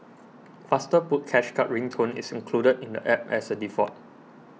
faster put cash card ring tone is included in the App as a default